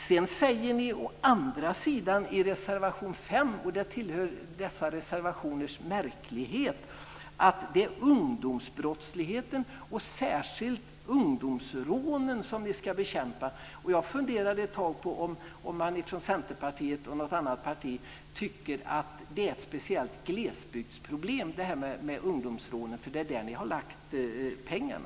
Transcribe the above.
Å andra sidan säger ni i reservation 5 - något som tillhör märkligheterna i dessa reservationer - att det är ungdomsbrottsligheten och särskilt ungdomsrånen som ni vill bekämpa. Jag funderade ett tag på om ni i Centerpartiet och något annat parti tycker att ungdomsrånen är ett speciellt glesbygdsproblem. Det är ju där ni har lagt pengarna.